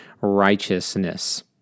righteousness